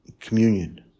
Communion